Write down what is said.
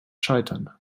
scheitern